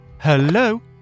Hello